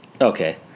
Okay